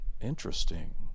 interesting